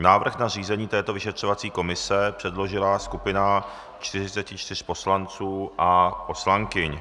Návrh na zřízení této vyšetřovací komise předložila skupina 44 poslanců a poslankyň.